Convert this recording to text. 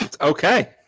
Okay